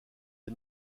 des